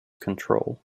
control